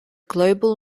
global